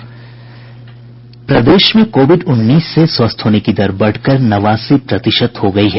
प्रदेश में कोविड उन्नीस से स्वस्थ होने की दर बढ़कर नवासी प्रतिशत हो गयी है